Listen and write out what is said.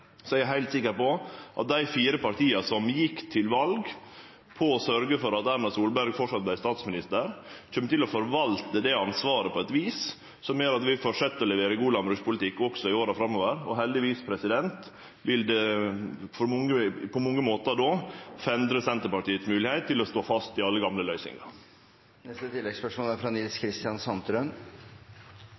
Så eg er heilt sikker på at dei fire partia som gjekk til val på å sørgje for at Erna Solberg framleis skulle vere statsminister, kjem til å forvalte det ansvaret på eit vis som gjer at vi fortset å levere god landbrukspolitikk også i åra framover. Og heldigvis vil det på mange måtar fendre Senterpartiets moglegheit til å stå fast i alle gamle løysingar.